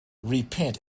repent